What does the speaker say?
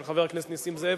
של חבר הכנסת נסים זאב.